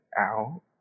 out